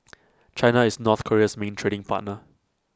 China is north Korea's main trading partner